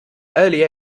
early